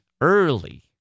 early